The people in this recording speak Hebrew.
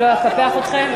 אני לא אקפח אתכם,